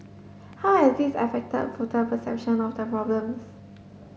how has this affected voter perception of the problems